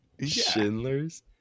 Schindler's